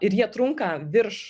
ir jie trunka virš